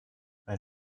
ein